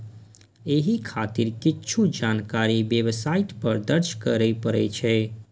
एहि खातिर किछु जानकारी वेबसाइट पर दर्ज करय पड़ै छै